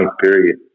period